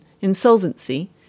insolvency